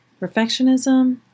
perfectionism